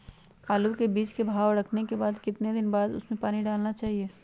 आलू के बीज के भाव करने के बाद कितने दिन बाद हमें उसने पानी डाला चाहिए?